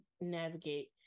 navigate